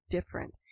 Different